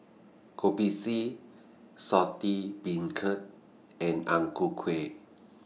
Kopi C Saltish Beancurd and Ang Ku Kueh